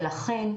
לכן,